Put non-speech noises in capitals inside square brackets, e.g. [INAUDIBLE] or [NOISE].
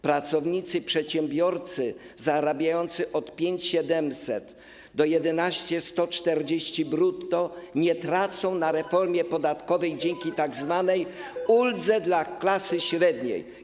Pracownicy, przedsiębiorcy zarabiający od 5700 do 11 140 brutto nie tracą [NOISE] na reformie podatkowej dzięki tzw. uldze dla klasy średniej.